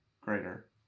greater